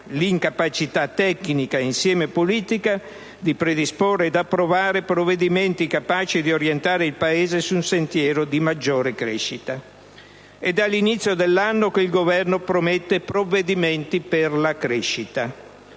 l'incapacità tecnica, e insieme politica, di predisporre ed approvare provvedimenti capaci di orientare il Paese su un sentiero di maggiore crescita. È dall'inizio dell'anno che il Governo promette provvedimenti per la crescita.